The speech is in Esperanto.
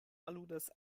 aludas